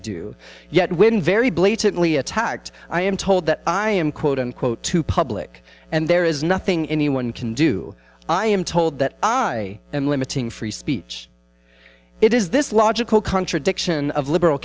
do yet when very blatantly attacked i am told that i am quote unquote too public and there is nothing anyone can do i am told that i am limiting free speach it is this logical contradiction of liberal